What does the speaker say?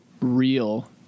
real